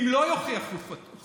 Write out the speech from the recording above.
אם לא יוכיח את חפותו,